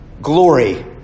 glory